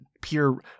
Pure